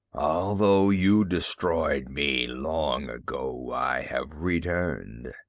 although you destroyed me long ago, i have returned.